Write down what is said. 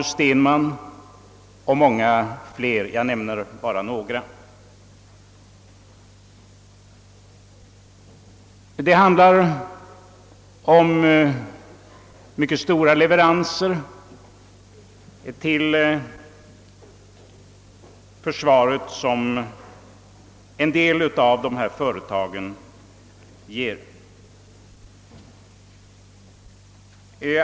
Stenman AB och många fler — jag nämner endast några. En del av dessa företag har mycket stora leveranser till försvaret.